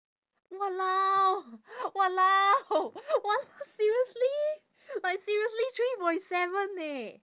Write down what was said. !walao! !walao! !wal~! seriously like seriously three point seven eh